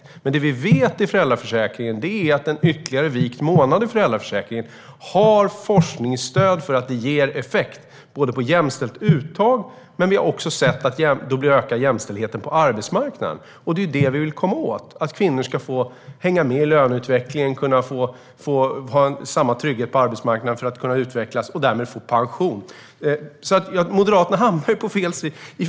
Däremot vet vi vad gäller föräldraförsäkringen att det finns forskningsstöd för att ytterligare en vikt månad ger effekt så att uttaget blir jämställt. Vi har också sett att det blir en ökad jämställdhet på arbetsmarknaden. Detta är vad vi vill komma åt. Kvinnor ska få hänga med i löneutvecklingen och kunna ha samma trygghet på arbetsmarknaden för att kunna utvecklas och därmed få pension.